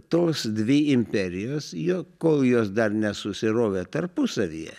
tos dvi imperijos jo kol jos dar nesusirovė tarpusavyje